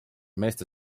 meeste